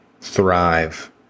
thrive